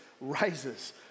rises